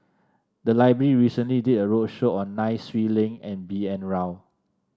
the library recently did a roadshow on Nai Swee Leng and B N Rao